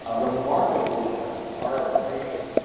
ah remarkably horrible creatures,